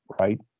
right